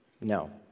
No